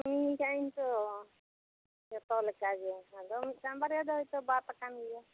ᱠᱟᱹᱢᱤ ᱟᱹᱠᱟᱧ ᱛᱳ ᱡᱚᱛᱚ ᱞᱮᱠᱟ ᱜᱮ ᱟᱫᱚ ᱢᱤᱫᱴᱟᱝ ᱵᱟᱨᱭᱟ ᱫᱚ ᱦᱳᱭᱛᱳ ᱵᱟᱫ ᱟᱠᱟᱱ ᱜᱮᱭᱟ